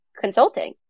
consulting